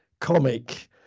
comic